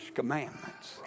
commandments